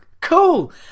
cool